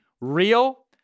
real